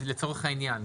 לצורך העניין,